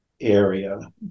area